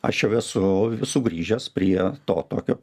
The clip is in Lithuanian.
aš jau esu sugrįžęs prie to tokio